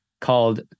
called